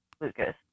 Lucas